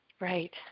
right